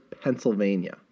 Pennsylvania